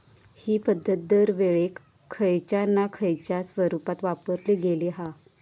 हि पध्दत दरवेळेक खयच्या ना खयच्या स्वरुपात वापरली गेली हा